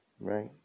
right